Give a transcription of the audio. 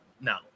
No